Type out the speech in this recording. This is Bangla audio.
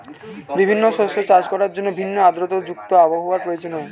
বিভিন্ন শস্য চাষ করার জন্য ভিন্ন আর্দ্রতা যুক্ত আবহাওয়ার প্রয়োজন হয়